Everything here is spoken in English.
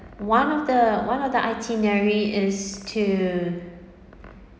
one of the one of the itinerary is to